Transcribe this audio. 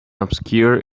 obscured